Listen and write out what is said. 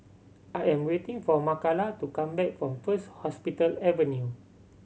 I am waiting for Makala to come back from First Hospital Avenue